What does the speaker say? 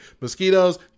Mosquitoes